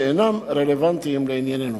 שאינם רלוונטיים לענייננו.